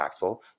impactful